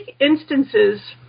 instances